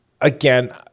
again